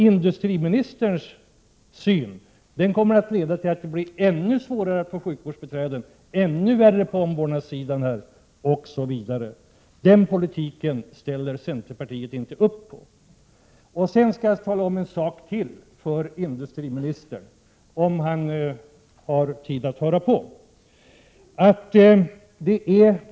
Industriministerns syn kommer att leda till att det blir ännu svårare att få sjukvårdsbiträden och ännu värre på omvårdnadssidan osv. Den politiken ställer inte centerpartiet upp på. Sedan skall jag tala om en sak till för industriministern, om han har tid att höra på.